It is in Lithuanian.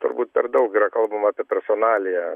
turbūt per daug yra kalbama apie personaliją